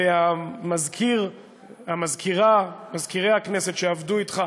ומזכירי הכנסת שעבדו אתך.